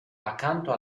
accanto